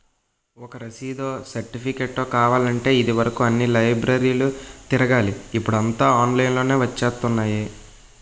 ఒక రసీదో, సెర్టిఫికేటో కావాలంటే ఇది వరుకు అన్ని లైబ్రరీలు తిరగాలి ఇప్పుడూ అంతా ఆన్లైన్ లోనే వచ్చేత్తున్నాయి